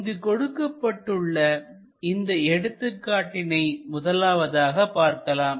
இங்கு கொடுக்கப்பட்டுள்ள இந்த எடுத்துக்காட்டினை முதலாவதாக பார்க்கலாம்